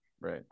Right